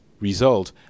result